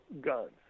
guns